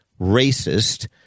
racist